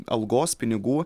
algos pinigų